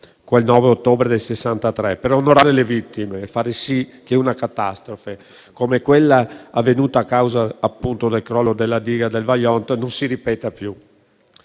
quel 9 ottobre del 1963 per onorare le vittime e far sì che una catastrofe, come quella avvenuta a causa del crollo della diga del Vajont, non si ripeta più.